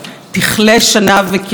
תחל שנה וברכותיה.